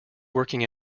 working